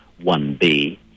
1b